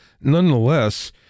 nonetheless